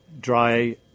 dry